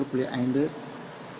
5 0